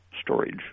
storage